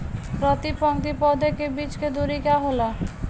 प्रति पंक्ति पौधे के बीच के दुरी का होला?